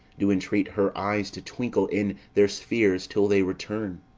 do entreat her eyes to twinkle in their spheres till they return.